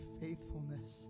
faithfulness